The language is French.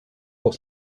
pour